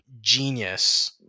genius